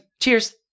Cheers